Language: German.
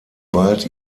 bald